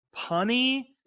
punny